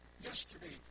yesterday